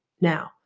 now